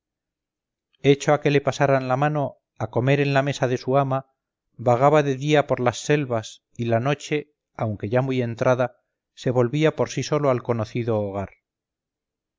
hecho a que le pasaran la mano a comer en la mesa de su ama vagaba de día por las selvas y a la noche aunque ya muy entrada se volvía por sí solo al conocido hogar